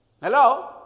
hello